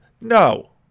no